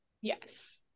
Yes